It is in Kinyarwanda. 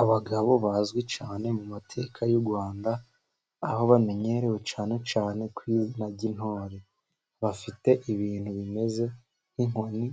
Abagabo bazwi cyane mu mateka y'u Rwanda aho bamenyerewe cyane cyane ku izina ry'intore, bafite ibintu bimeze nk'inkoni